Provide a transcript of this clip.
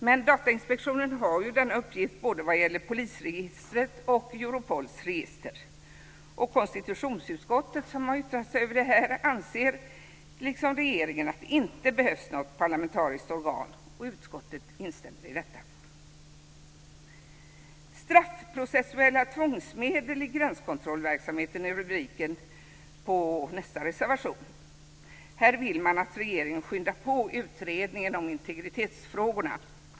Men Datainspektionen har denna uppgift vad gäller både polisregistret och Europols register. Konstitutionsutskottet, som har yttrat sig över detta, anser liksom regeringen att det inte behövs något parlamentariskt organ. Utskottet instämmer i detta. "Straffprocessuella tvångsmedel i gränskontrollverksamheten" är rubriken på nästa reservation. Här vill man att regeringen skyndar på utredningen om integritetsfrågorna.